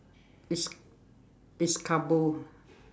it's it's carbo